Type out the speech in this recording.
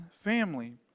family